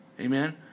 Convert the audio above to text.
Amen